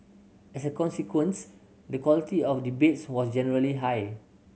as a consequence the quality of debates was generally high